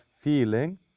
feeling